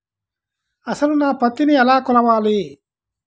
అసలు నా పత్తిని ఎలా కొలవాలి?